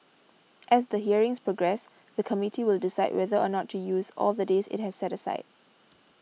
as the hearings progress the Committee will decide whether or not to use all the days it has set aside